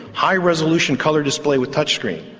high resolution colour display with touchscreen,